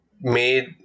made